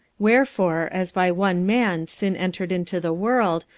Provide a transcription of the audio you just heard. wherefore, as by one man sin entered into the world,